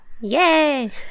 Yay